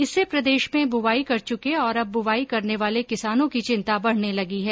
इससे प्रदेश में बुवाई कर चुके और अब बुवाई करने वाले किसानों की चिंता बढ़ने लगी है